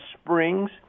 Springs